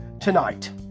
tonight